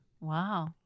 Wow